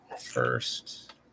first